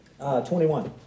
21